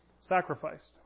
sacrificed